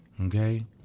Okay